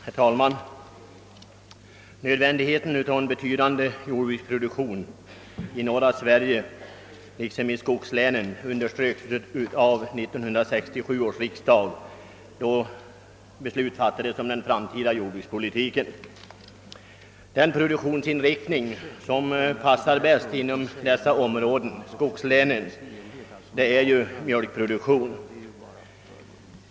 Herr talman! Nödvändigheten av en betydande jordbruksproduktion i norra Sverige och i skogslänen underströks av 1967 års riksdag, då beslut fattades om den framtida jordbrukspolitiken. Den produktion som passar bäst inom norra Sverige och i skogslänen är mjölkproduktion.